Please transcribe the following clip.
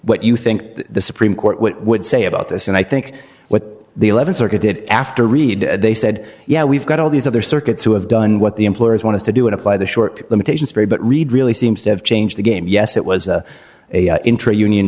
what you think the supreme court would say about this and i think what the th circuit did after read they said yeah we've got all these other circuits who have done what the employers want to do and apply the short limitations but read really seems to have changed the game yes it was a intra union